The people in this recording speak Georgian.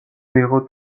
მიიღო